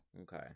Okay